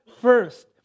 first